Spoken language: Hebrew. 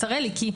תראה לי,